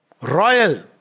Royal